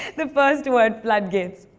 the first word floodgates.